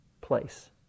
place